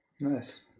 Nice